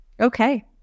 Okay